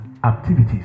Activities